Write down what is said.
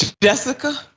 Jessica